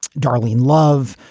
darlene love.